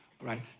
right